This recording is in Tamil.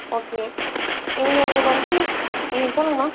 ஓகே இங்கே எங்களுக்கு வந்து ம் சொல்லுங்க மேம்